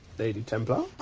lady templar? um,